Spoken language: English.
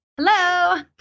Hello